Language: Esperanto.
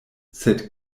sed